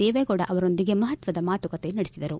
ದೇವೇಗೌಡ ಅವರೊಂದಿಗೆ ಮಹತ್ವದ ಮಾತುಕತೆ ನಡೆಖದರು